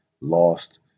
lost